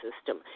system